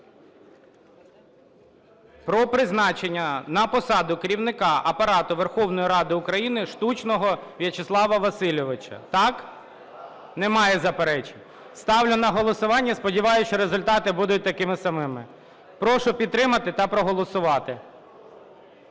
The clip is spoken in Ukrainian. про призначення на посаду Керівника Апарату Верховної Ради України Штучного Вячеслава Васильовича. Так? Немає заперечень. Ставлю на голосування і сподіваюсь, що результати будуть такими самими. Прошу підтримати та проголосувати.